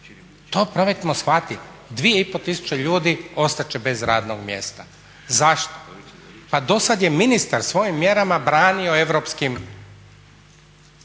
to probajmo shvatiti. 2,5 tisuće ljudi ostat će bez radnog mjesta. Zašto? Pa do sada je ministar svojim mjerama branio europskim